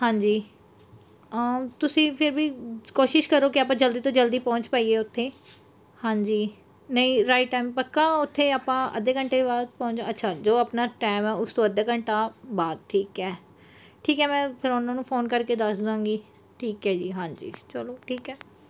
ਹਾਂਜੀ ਤੁਸੀਂ ਫਿਰ ਵੀ ਕੋਸ਼ਿਸ਼ ਕਰੋ ਕਿ ਆਪਾਂ ਜਲਦੀ ਤੋਂ ਜਲਦੀ ਪਹੁੰਚ ਪਾਈਏ ਉਥੇ ਹਾਂਜੀ ਨਹੀਂ ਰਾਈਟ ਟਾਈਮ ਪੱਕਾ ਉੱਥੇ ਆਪਾਂ ਅੱਧੇ ਘੰਟੇ ਬਾਅਦ ਪਹੁ ਅੱਛਾ ਜੋ ਆਪਣਾ ਟਾਈਮ ਹੈ ਉਸ ਤੋਂ ਅੱਧਾ ਘੰਟਾ ਬਾਅਦ ਠੀਕ ਹੈ ਠੀਕ ਹੈ ਮੈਂ ਫਿਰ ਉਹਨਾਂ ਨੂੰ ਫੋਨ ਕਰਕੇ ਦੱਸ ਦੇਵਾਂਗੀ ਠੀਕ ਹੈ ਜੀ ਹਾਂਜੀ ਚਲੋ ਠੀਕ ਹੈ